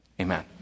Amen